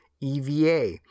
EVA